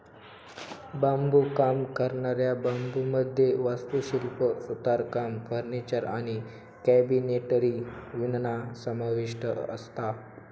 बांबुकाम करणाऱ्या बांबुमध्ये वास्तुशिल्प, सुतारकाम, फर्निचर आणि कॅबिनेटरी विणणा समाविष्ठ असता